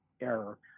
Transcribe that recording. error